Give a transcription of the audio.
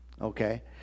okay